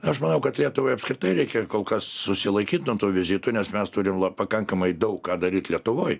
aš manau kad lietuvai apskritai reikia kol kas susilaikyt nuo tų vizitų nes mes turim pakankamai daug ką daryt lietuvoj